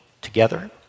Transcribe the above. together